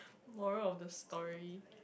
moral of the story